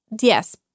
Yes